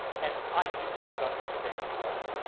and i do not understand why,